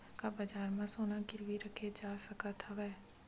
का बजार म सोना गिरवी रखे जा सकत हवय?